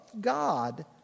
God